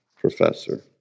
professor